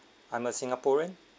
I'm a singaporean